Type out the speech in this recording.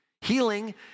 Healing